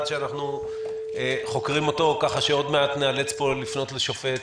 שאנחנו חוקרים אותו ככה שעוד מעט ניאלץ לפנות לשופט